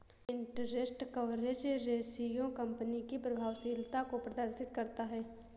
interest coverage ratio company की प्रभावशीलता को प्रदर्शित करता है